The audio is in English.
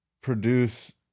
produce